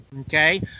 Okay